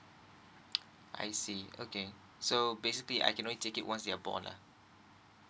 I see okay so basically I can only take it once they are born lah